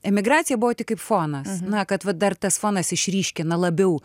emigracija buvo tik kaip fonas na kad va dar tas fonas išryškina labiau